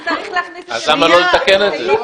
קראה: אז למה לא לתקן את זה?